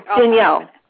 Danielle